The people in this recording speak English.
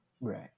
Right